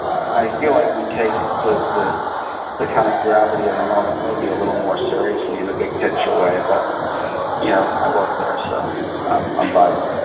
i feel like we take the the kind of gravity of the moment maybe a little more seriously in a big picture way, but you know i work there, so i'm um biased.